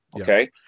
okay